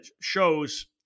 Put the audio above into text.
shows